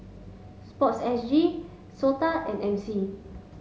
sports S G SOTA and M C